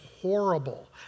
horrible